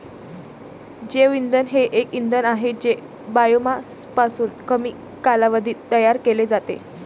जैवइंधन हे एक इंधन आहे जे बायोमासपासून कमी कालावधीत तयार केले जाते